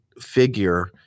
figure